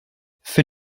für